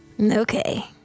Okay